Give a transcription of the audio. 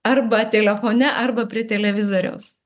arba telefone arba prie televizoriaus